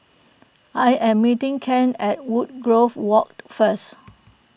I am meeting Kent at Woodgrove Walk first